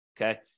okay